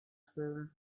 failed